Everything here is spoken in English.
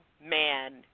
man